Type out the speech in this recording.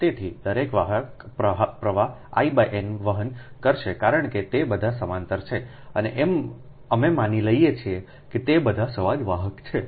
તેથી દરેક વાહક પ્રવાહ I n વહન કરશે કારણ કે તે બધા સમાંતર છે અને અમે માની લઈએ છીએ કે તે બધા સમાન વાહક છે